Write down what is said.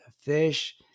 fish